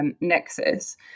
nexus